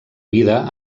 vida